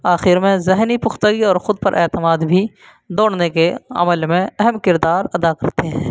آخر میں ذہنی پختگی اور خود پر اعتماد بھی دوڑنے کے عمل میں اہم کردار ادا کرتے ہیں